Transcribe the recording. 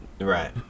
Right